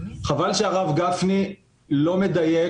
חבל שהרב גפני לא מדייק,